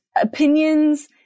opinions